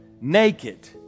naked